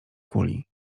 kuli